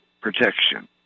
protection